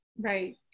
Right